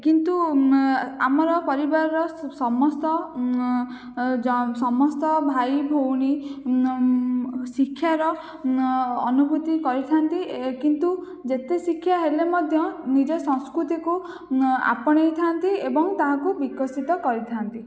କିନ୍ତୁ ଆମର ପରିବାରର ସମସ୍ତ ସମସ୍ତ ଭାଇଭଉଣୀ ଶିକ୍ଷାର ଅନୁଭୂତି କରିଥାନ୍ତି କିନ୍ତୁ ଯେତେ ଶିକ୍ଷା ହେଲେ ମଧ୍ୟ ନିଜ ସଂସ୍କୃତିକୁ ଆପଣାଇଥାନ୍ତି ଏବଂ ତାହାକୁ ବିକଶିତ କରିଥାନ୍ତି